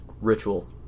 ritual